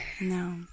No